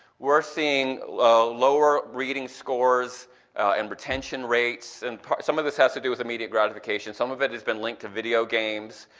we're seeing lower lower reading scores and retention rates, and some of this has to do with immediate gratification and some of it has been linked to video games.